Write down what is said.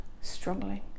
struggling